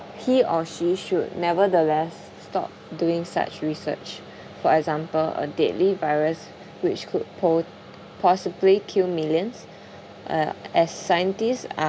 he or she should nevertheless stop doing such research for example a deadly virus which could po~ possibly kill millions uh as scientists